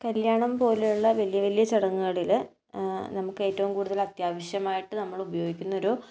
കല്യാണം പോലെയുള്ള വലിയ വലിയ ചടങ്ങുകളിൽ നമുക്ക് ഏറ്റവും കൂടുതൽ അത്യാവശ്യമായിട്ട് നമ്മൾ ഉപയോഗിക്കുന്ന ഒരു